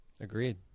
Agreed